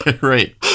right